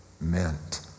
meant